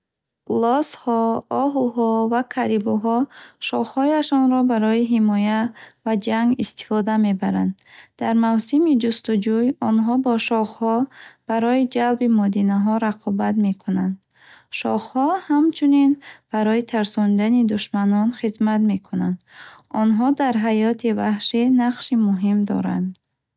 Лосҳо, оҳуҳо ва карибуҳо шохҳояшонро барои ҳимоя ва ҷанг истифода мебаранд. Дар мавсими ҷустуҷӯй, онҳо бо шохҳо барои ҷалби модинаҳо рақобат мекунанд. Шохҳо ҳамчунин барои тарсонидани душманон хизмат мекунанд. Онҳо дар ҳаёти ваҳшӣ нақши муҳим доранд.